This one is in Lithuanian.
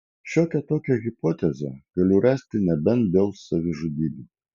šiokią tokią hipotezę galiu rasti nebent dėl savižudybių